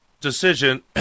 decision